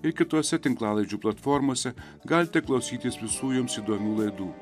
ir kitose tinklalaidžių platformose galite klausytis visų jums įdomių laidų